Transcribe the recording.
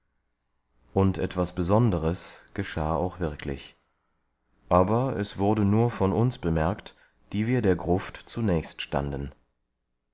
und etwas besonderes geschah auch wirklich aber es wurde nur von uns bemerkt die wir der gruft zunächst standen